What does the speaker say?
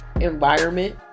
environment